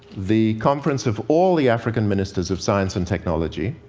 the conference of all the african ministers of science and technology,